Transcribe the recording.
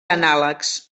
anàlegs